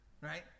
right